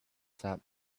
set